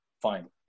fine